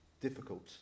Difficult